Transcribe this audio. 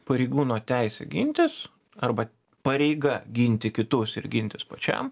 pareigūno teisė gintis arba pareiga ginti kitus ir gintis pačiam